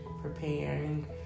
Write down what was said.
preparing